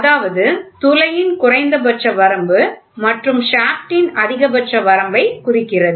அதாவது துளையின் குறைந்தபட்ச வரம்பு மற்றும் ஷாப்ட் ன் அதிகபட்ச வரம்பு குறிக்கிறது